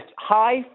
high